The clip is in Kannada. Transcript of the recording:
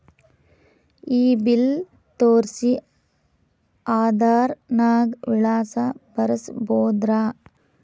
ಈ ಬಿಲ್ ತೋಸ್ರಿ ಆಧಾರ ನಾಗ ವಿಳಾಸ ಬರಸಬೋದರ?